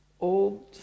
old